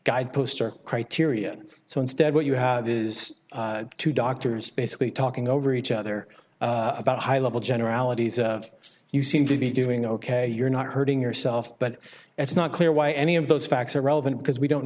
guideposts or criterion so instead what you have is two doctors basically talking over each other about high level generalities you seem to be doing ok you're not hurting yourself but it's not clear why any of those facts are relevant because we don't